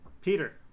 Peter